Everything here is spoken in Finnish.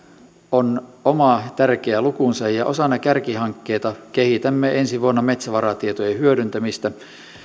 on oma tärkeä lukunsa ja osana kärkihankkeita kehitämme ensi vuonna metsävaratietojen hyödyntämistä